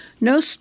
No